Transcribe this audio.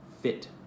fit